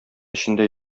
эчендә